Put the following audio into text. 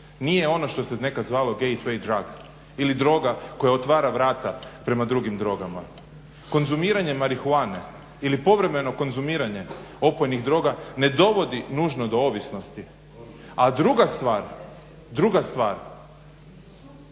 nije ono što se nekad zvao …/Ne razumije se./… ili droga koja otvara vrata prema drugim drogama. Konzumiranje marihuane ili povremeno konzumiranje opojnih droga ne dovodi nužno do ovisnosti. A druga stvar, druga stvar